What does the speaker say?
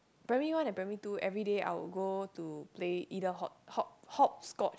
primary one and primary two everyday I would go to play either hop hop hopscotch